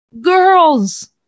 girls